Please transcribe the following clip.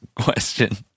question